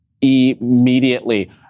immediately